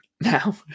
Now